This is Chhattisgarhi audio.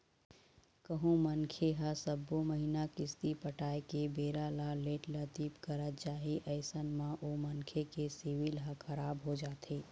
कहूँ मनखे ह सब्बो महिना किस्ती पटाय के बेरा ल लेट लतीफ करत जाही अइसन म ओ मनखे के सिविल ह खराब हो जाथे